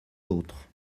d’autres